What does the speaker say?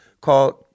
called